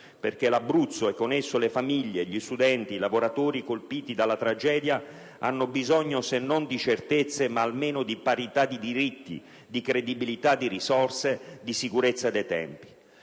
perché l'Abruzzo e con esso le famiglie, gli studenti, i lavoratori colpiti dalla tragedia, hanno bisogno se non di certezze, almeno di parità di diritti, di credibilità di risorse e di sicurezza dei tempi.